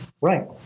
Right